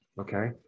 okay